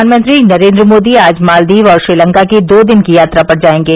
प्रधानमंत्री नरेन्द्र मोदी आज मॉलदीव और श्रीलंका की दो दिन की यात्रा पर जाएंगे